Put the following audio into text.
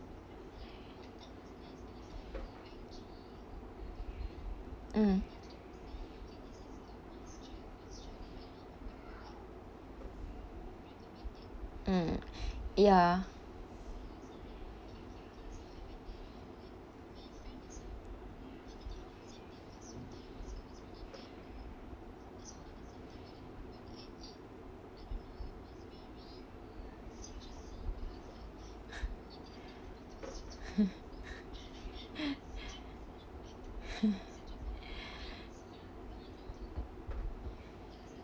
mm mm ya